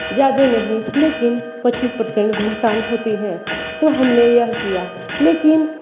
ज़्यादा नहीं लेकिन पच्चिस पर्सेंट भुगतान होती है तो हमने यह किया लेकिन